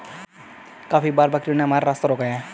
काफी बार बकरियों ने हमारा रास्ता रोका है